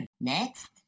Next